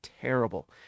terrible